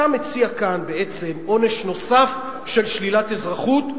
אתה מציע כאן בעצם עונש נוסף, של שלילת אזרחות,